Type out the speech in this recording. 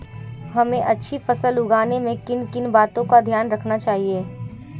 हमें अच्छी फसल उगाने में किन किन बातों का ध्यान रखना चाहिए?